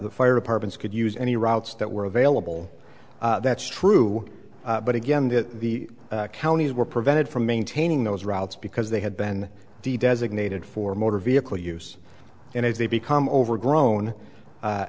the fire departments could use any routes that were available that's true but again that the counties were prevented from maintaining those routes because they had been designated for motor vehicle use and if they become overgrown a